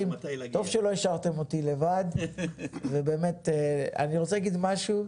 טוב שלא השארתם אותי לבד ובאמת אני רוצה להגיד משהו,